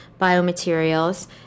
biomaterials